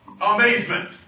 amazement